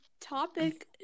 topic